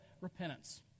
repentance